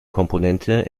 komponente